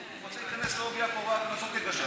הוא רוצה להיכנס בעובי הקורה ולנסות לגשר,